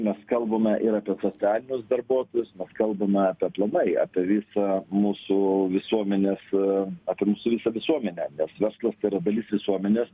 mes kalbame ir apie socialinius darbuotojus mes kalbame apie aplamai apie visą mūsų visuomenės apie mūsų visą visuomenę nes verslas tai yra dalis visuomenės